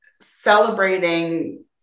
celebrating